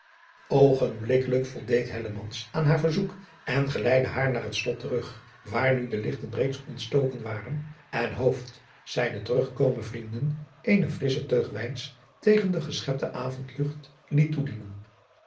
oogenblikkelijk voldeed hellemans aan haar verzoek en geleidde haar naar het slot terug waar nu de lichten reeds ontstoken waren en hooft zijne terug gekomen vrienden eene frissche teug wijns tegen de geschepte avondlucht liet toedienen